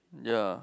ya